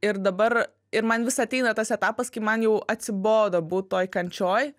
ir dabar ir man vis ateina tas etapas kai man jau atsibodo būt toj kančioj